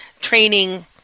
training